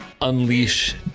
unleash